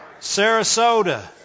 Sarasota